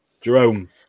Jerome